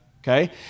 okay